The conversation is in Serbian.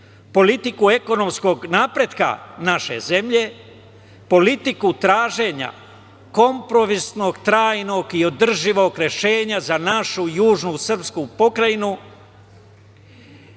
politiku ekonomskog napretka naše zemlje, politiku traženja kompromisnog, trajnog i održivog rešenja za našu južnu srpsku pokrajinu,